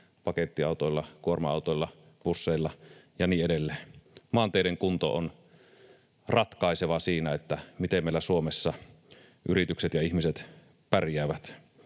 pakettiautoilla, kuorma-autoilla, busseilla ja niin edelleen. Maanteiden kunto on ratkaiseva siinä, miten meillä Suomessa yritykset ja ihmiset pärjäävät.